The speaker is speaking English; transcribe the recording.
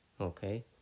okay